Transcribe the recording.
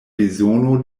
bezono